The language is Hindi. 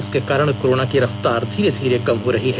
इसके कारण कोरोना की रफ्तार धीरे धीरे कम हो रही है